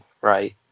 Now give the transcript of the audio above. right